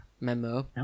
Memo